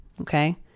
okay